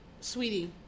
Sweetie